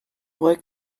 like